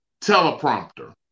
teleprompter